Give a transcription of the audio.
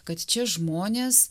kad čia žmonės